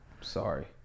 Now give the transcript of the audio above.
Sorry